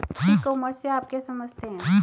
ई commerce से आप क्या समझते हैं?